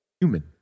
human